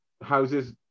houses